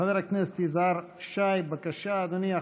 חבר הכנסת יזהר שי, בבקשה, אדוני.